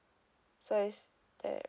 so is there